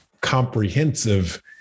comprehensive